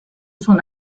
son